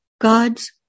God's